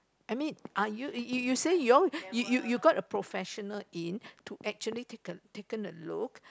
I mean are you you you all you you you got a professional in to actually take a taken a look